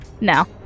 No